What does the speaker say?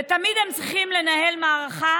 ותמיד הם צריכים לנהל מערכה